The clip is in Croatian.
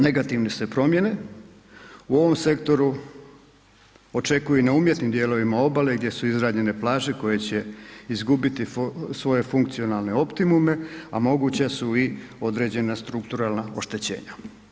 Negativne se promjene u ovom sektoru očekuju i na umjetnim dijelovima obale gdje su izgrađene plaže koje će izgubiti svoje funkcionalne optimume, a moguća su i određena strukturalna oštećenja.